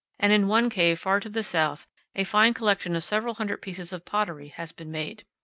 and in one cave far to the south a fine collection of several hundred pieces of pottery has been made.